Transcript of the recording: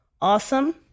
Awesome